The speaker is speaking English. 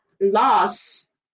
loss